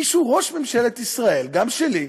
מי שהוא ראש ממשלת ישראל, גם שלי,